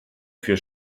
für